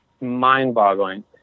mind-boggling